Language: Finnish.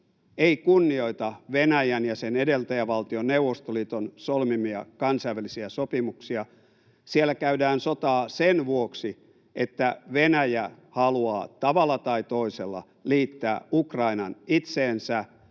ei kunnioita Venäjän ja sen edeltäjävaltion Neuvostoliiton solmimia kansainvälisiä sopimuksia. Siellä käydään sotaa sen vuoksi, että Venäjä haluaa tavalla tai toisella liittää Ukrainan itseensä